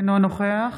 אינו נוכח